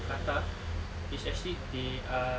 kata it's actually they are